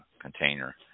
container